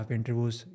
interviews